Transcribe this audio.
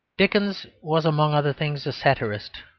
dickens was among other things a satirist,